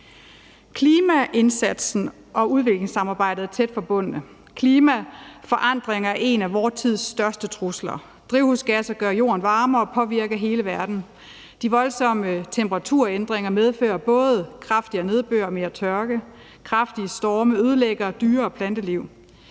Klimaindsatsen og udviklingssamarbejdet er tæt forbundne. Klimaforandringerne er en af vor tids største trusler. Drivhusgasser gør jorden varmere og påvirker hele verden. De voldsomme temperaturændringer medfører både kraftigere nedbør og mere tørke, og kraftige storme ødelægger dyre- og planteliv.